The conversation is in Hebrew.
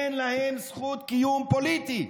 אין להן זכות קיום פוליטי,